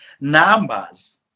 numbers